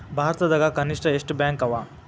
ಭಾರತದಾಗ ಕನಿಷ್ಠ ಎಷ್ಟ್ ಬ್ಯಾಂಕ್ ಅವ?